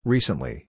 Recently